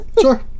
Sure